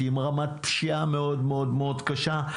עם רמת פשיעה מאוד מאוד מאוד קשה.